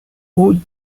haut